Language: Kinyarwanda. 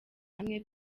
hamwe